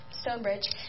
Stonebridge